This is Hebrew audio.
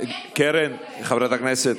קרן, חברת הכנסת,